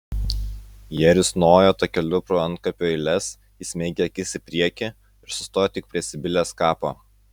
jie risnojo takeliu pro antkapių eiles įsmeigę akis į priekį ir sustojo tik prie sibilės kapo